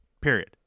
Period